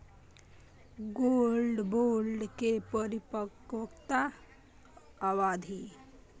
Gold bond के परिपक्वता अवधि?